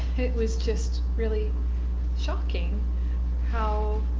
it was just really shocking how